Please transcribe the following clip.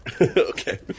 Okay